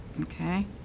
okay